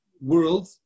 world